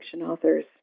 authors